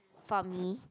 for me